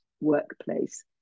workplace